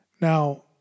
Now